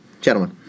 gentlemen